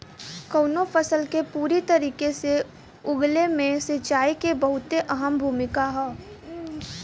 कउनो फसल के पूरी तरीके से उगले मे सिंचाई के बहुते अहम भूमिका हौ